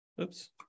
Oops